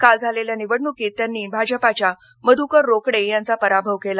काल झालेल्या निवडणुकीत त्यांनी भाजपाच्या मध्कर रोकडे यांचा पराभव केला